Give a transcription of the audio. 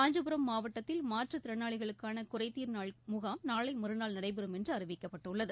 காஞ்சிபுரம் மாவட்டத்தில் மாற்றுத் திறனாளிகளுக்கான குறைதீர் நாள் முகாம் நாளை மறுநாள் நடைபெறும் என்று அறிவிக்கப்பட்டுள்ளது